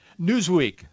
Newsweek